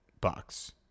Bucks